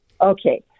Okay